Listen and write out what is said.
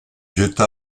jeta